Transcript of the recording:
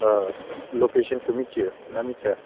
लकेसनखौ मिथियो ना मिथिया